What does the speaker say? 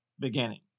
beginning